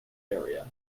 area